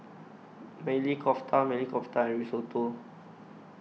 Maili Kofta Maili Kofta and Risotto